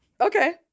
Okay